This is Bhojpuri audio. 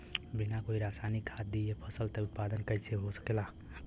बिना कोई रसायनिक खाद दिए फसल उत्पादन कइसे हो सकेला?